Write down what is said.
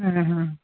ಆ ಹಾಂ